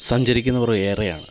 സഞ്ചരിക്കുന്നവർ ഏറെയാണ്